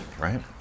right